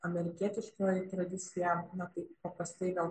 amerikietiškoji tradicija na tai paprastai gal